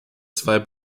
zwei